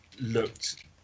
looked